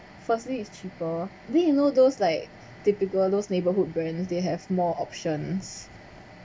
firstly it's cheaper then you know those like typical those neighbourhood brands they have more options